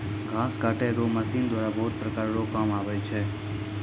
घास काटै रो मशीन द्वारा बहुत प्रकार रो काम मे आबै छै